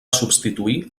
substituir